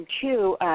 two